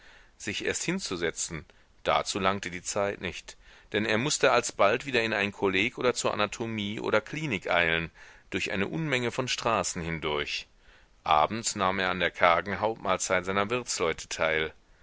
sich erst hinzusetzen dazu langte die zeit nicht denn er mußte alsbald wieder in ein kolleg oder zur anatomie oder klinik eilen durch eine unmenge von straßen hindurch abends nahm er an der kargen hauptmahlzeit seiner wirtsleute teil